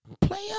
player